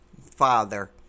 Father